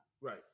Right